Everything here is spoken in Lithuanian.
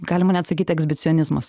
galima net sakyt ekshibicionizmas